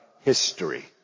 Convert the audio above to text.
history